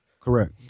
correct